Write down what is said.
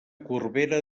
corbera